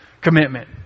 commitment